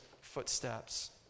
footsteps